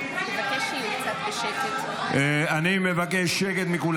מבקש שקט מכולם.